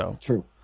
True